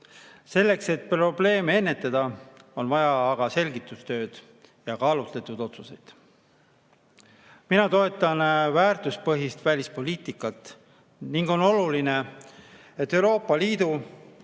Selleks et probleeme ennetada, on vaja aga selgitustööd ja kaalutletud otsuseid. Mina toetan väärtuspõhist välispoliitikat. On oluline, et Euroopa Liidu,